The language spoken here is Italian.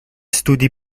studi